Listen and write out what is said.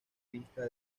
pista